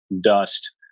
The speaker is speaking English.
dust